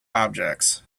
objects